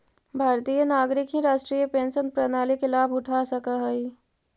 भारतीय नागरिक ही राष्ट्रीय पेंशन प्रणाली के लाभ उठा सकऽ हई